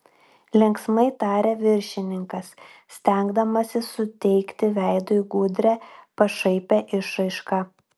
linksmai tarė viršininkas stengdamasis suteikti veidui gudrią pašaipią išraišką